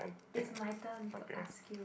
it's my turn to ask you